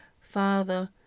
Father